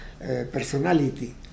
personality